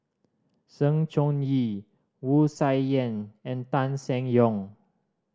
Sng Choon Yee Wu Tsai Yen and Tan Seng Yong